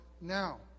now